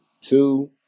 Two